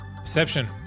Perception